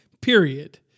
Period